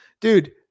Dude